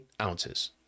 ounces